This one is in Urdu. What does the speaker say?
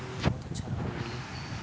تو یہ بہت اچھا رہا میرے لیے